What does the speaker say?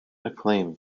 acclaim